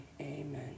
amen